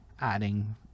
adding